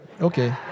Okay